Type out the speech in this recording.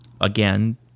again